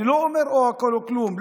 אני לא אומר או הכול או כלום.